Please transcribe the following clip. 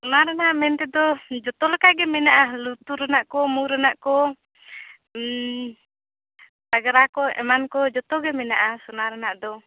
ᱚᱱᱟ ᱨᱮᱱᱟᱜ ᱢᱮᱱ ᱛᱮᱫᱚ ᱡᱚᱛᱚ ᱞᱮᱠᱟ ᱜᱮ ᱢᱮᱱᱮᱜᱼᱟ ᱞᱩᱛᱩᱨ ᱨᱮᱱᱟᱜ ᱠᱚ ᱢᱩ ᱨᱮᱱᱟᱜ ᱠᱚ ᱯᱟᱜᱽᱨᱟ ᱠᱚ ᱮᱢᱟᱱ ᱠᱚ ᱡᱚᱛᱚ ᱜᱮ ᱢᱮᱱᱟᱜᱼᱟ ᱥᱚᱱᱟ ᱨᱮᱱᱟᱜ ᱫᱚ